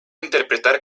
interpretar